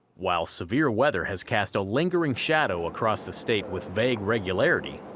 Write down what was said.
while severe weather has cast a lingering shadow across the state with vague regularity,